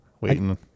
waiting